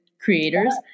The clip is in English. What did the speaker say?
creators